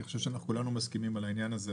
אני חושב שכולנו מסכימים בעניין הזה,